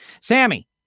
Sammy